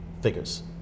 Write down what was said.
figures